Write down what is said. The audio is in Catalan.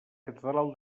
catedral